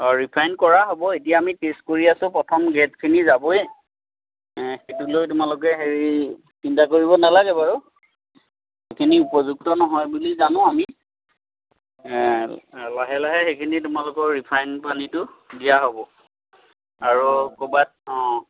অঁ ৰিফাইন কৰা হ'ব এতিয়া আমি টেষ্ট কৰি আছোঁ প্ৰথম গেটখিনি যাবই সেইটো লৈ তোমালোকে হেৰি চিন্তা কৰিব নালাগে বাৰু সেইখিনি উপযুক্ত নহয় বুলি জানো আমি লাহে লাহে সেইখিনি তোমালোকৰ ৰিফাইন পানীটো দিয়া হ'ব আৰু ক'ৰবাত অঁ